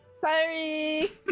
Sorry